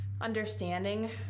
understanding